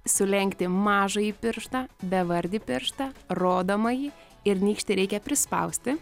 sulenkti mažąjį pirštą bevardį pirštą rodomąjį ir nykštį reikia prispausti